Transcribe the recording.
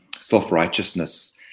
self-righteousness